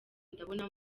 ndabona